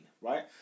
right